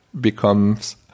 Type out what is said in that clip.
becomes